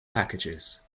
packages